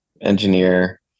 engineer